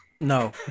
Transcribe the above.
No